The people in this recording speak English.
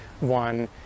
one